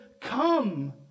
come